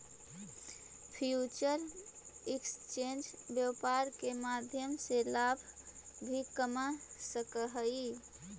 future exchange व्यापार के माध्यम से लाभ भी कमा सकऽ हइ